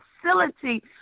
facility